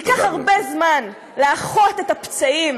ייקח הרבה זמן לאחות את הפצעים